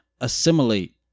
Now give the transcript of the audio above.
assimilate